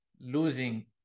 losing